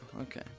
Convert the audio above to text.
okay